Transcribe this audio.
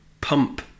pump